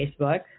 Facebook